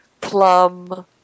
plum